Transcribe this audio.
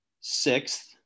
sixth